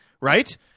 Right